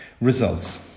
Results